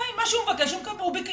מה שהוא ביקש הוא קיבל.